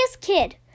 kid